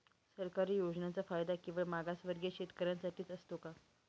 सरकारी योजनांचा फायदा केवळ मागासवर्गीय शेतकऱ्यांसाठीच असतो का?